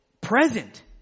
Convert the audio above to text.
present